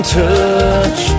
touch